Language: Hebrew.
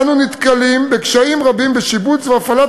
אנו נתקלים בקשיים רבים בשיבוץ והפעלת